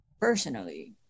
personally